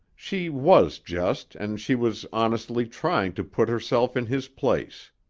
she was just and she was honestly trying to put herself in his place.